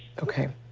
ok.